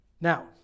Now